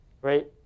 right